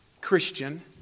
Christian